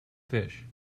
fish